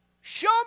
Show